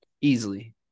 easily